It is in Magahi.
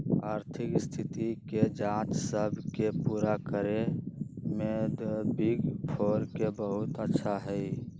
आर्थिक स्थिति के जांच सब के पूरा करे में द बिग फोर के बहुत अच्छा हई